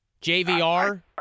JVR